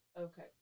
Okay